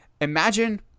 imagine